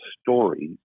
stories